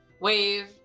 Wave